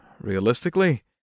realistically